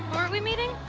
are we meeting?